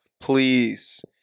please